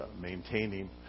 maintaining